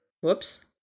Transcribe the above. Whoops